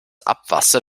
abwasser